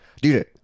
Dude